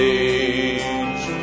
age